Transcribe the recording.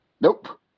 Nope